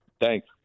Thanks